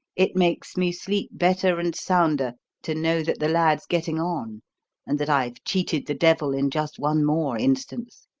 it makes me sleep better and sounder to know that the lad's getting on and that i've cheated the devil in just one more instance.